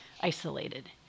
isolated